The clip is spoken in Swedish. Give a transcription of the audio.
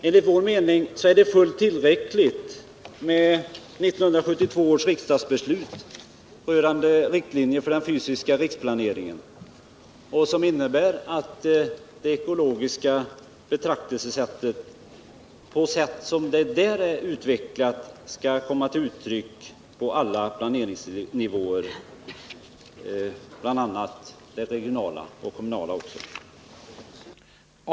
Enligt vår mening är det fullt tillräckligt med 1972 års riksdagsbeslut rörande riktlinjer för den fysiska riksplaneringen, som innebär att det ekologiska betraktelsesättet, på sätt som det där är utvecklat, skall komma till uttryck på alla planeringsnivåer, bl.a. de regionala och kommunala.